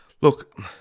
look